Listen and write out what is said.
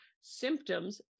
symptoms